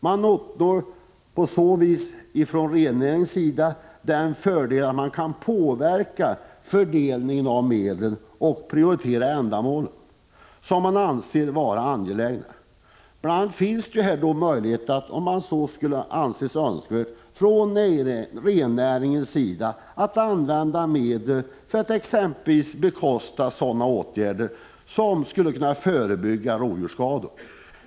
Man uppnår på så vis från rennäringens sida den fördelen att man kan påverka fördelningen av medel och prioritera de ändamål som man anser vara angelägna. Ibland finns det här möjlighet för rennäringen att, om man så skulle anse önskvärt, använda medel för att exempelvis bekosta sådana åtgärder som skulle kunna förebygga rovdjursskador.